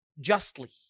justly